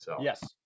Yes